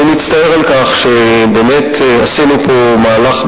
אני מצטער על כך שבאמת עשינו פה מהלך,